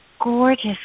gorgeous